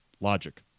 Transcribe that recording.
logic